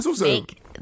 Make